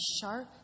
sharp